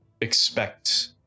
expect